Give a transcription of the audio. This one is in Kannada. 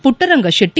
ಪುಟ್ಟರಂಗತೆಟ್ಟ